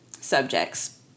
subjects